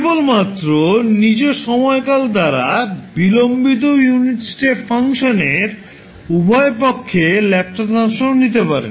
কেবলমাত্র নিজ সময়কাল দ্বারা বিলম্বিত ইউনিট স্টেপ ফাংশানের উভয় পক্ষে ল্যাপ্লাস ট্রান্সফর্ম নিতে পারেন